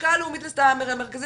הלשכה המרכזית